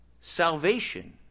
salvation